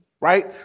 right